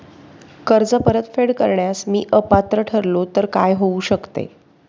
कर्ज परतफेड करण्यास मी अपात्र ठरलो तर काय होऊ शकते?